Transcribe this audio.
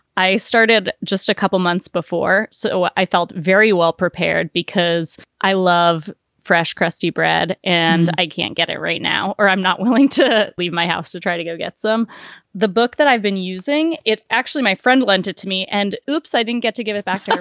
i started just a couple months before, so ah i felt very well prepared because i love fresh, crusty bread and i can't get it right now or i'm not willing to leave my house to try to go get some the book that i've been using it actually, my friend lent it to me and upside didn't get to give it back.